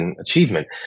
achievement